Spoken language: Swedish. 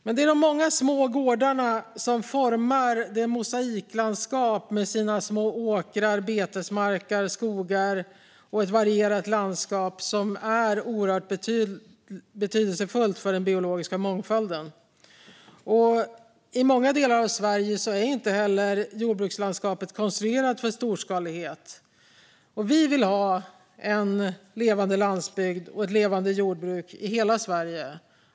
De är de många små gårdarna som formar mosaiklandskapet med sina små åkrar, betesmarker och skogar, och detta varierade landskap är oerhört betydelsefullt för den biologiska mångfalden. I många delar av Sverige är inte jordbrukslandskapet konstruerat för storskalighet. Och vi vill ha en levande landsbygd och ett levande jordbruk i hela Sverige.